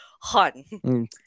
hun